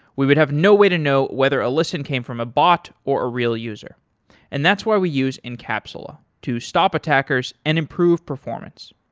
we would have no way to know whether a listen came from a bot or a real user and that's why we use incapsula to stop attackers and improve performance.